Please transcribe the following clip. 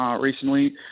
Recently